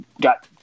got